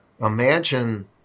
Imagine